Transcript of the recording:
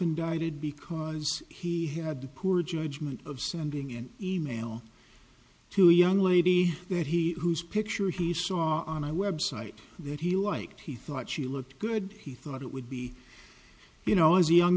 indicted because he had the poor judgment of sending an e mail to young lady that he whose picture he saw on a website that he liked he thought she looked good he thought it would be you know as a young